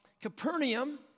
Capernaum